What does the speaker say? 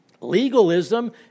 Legalism